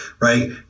right